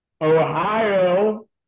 Ohio